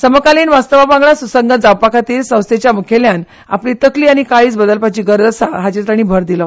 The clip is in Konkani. समकालीन वास्तवा वांगडा सुसंगत जावपा खातीर संस्थेच्या मुखेल्यान आपली तकली आनी काळीज बदलपाची गरज आसा हाचेर तांणी भर दिलो